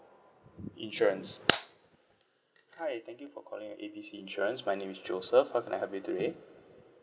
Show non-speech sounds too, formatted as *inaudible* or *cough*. insurance *noise* hi thank you for calling A B C insurance my name is joseph how can I help you today